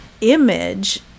image